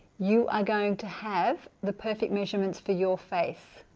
you are going to have the perfect measurements for your face